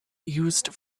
used